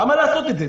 למה לעשות את זה?